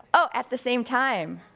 oh! at the same time!